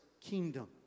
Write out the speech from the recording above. kingdom